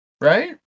Right